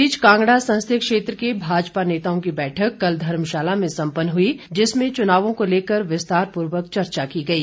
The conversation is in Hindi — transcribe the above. इस बीच कांगड़ा संसदीय क्षेत्र के भाजपा नेताओं की बैठक कल धर्मशाला में सम्पन्न हुई जिसमें चुनावों को लेकर विस्तारपूर्वक चर्चा की गई